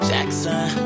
Jackson